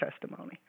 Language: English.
testimony